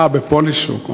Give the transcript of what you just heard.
אה, ב"פולישוק".